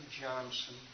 Johnson